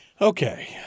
Okay